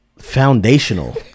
foundational